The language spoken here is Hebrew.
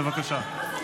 בבקשה.